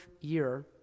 year